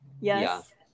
Yes